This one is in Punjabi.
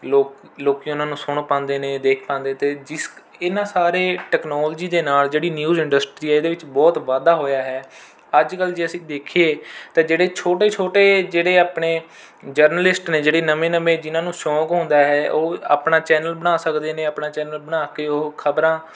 ਲੋਕ ਲੋਕ ਉਨ੍ਹਾਂ ਨੂੰ ਸੁਣ ਪਾਉਂਦੇ ਨੇ ਦੇਖ ਪਾਉਂਦੇ ਅਤੇ ਜਿਸ ਇਨ੍ਹਾਂ ਸਾਰੇ ਟੈਕਨੋਲਜੀ ਦੇ ਨਾਲ ਜਿਹੜੀ ਨਿਊਜ ਇੰਡਸਟਰੀ ਹੈ ਇਹਦੇ ਵਿੱਚ ਬਹੁਤ ਵਾਧਾ ਹੋਇਆ ਹੈ ਅੱਜ ਕੱਲ੍ਹ ਜੇ ਅਸੀਂ ਦੇਖੀਏ ਤਾਂ ਜਿਹੜੇ ਛੋਟੇ ਛੋਟੇ ਜਿਹੜੇ ਆਪਣੇ ਜਰਨਲਿਸਟ ਨੇ ਜਿਹੜੇ ਨਵੇਂ ਨਵੇਂ ਜਿਨ੍ਹਾਂ ਨੂੰ ਸ਼ੌਕ ਹੁੰਦਾ ਹੈ ਉਹ ਆਪਣਾ ਚੈਨਲ ਬਣਾ ਸਕਦੇ ਨੇ ਆਪਣਾ ਚੈਨਲ ਬਣਾ ਕੇ ਉਹ ਖਬਰਾਂ